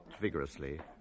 vigorously